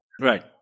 Right